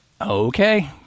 Okay